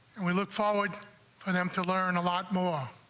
and we look forward for them to learn a lot more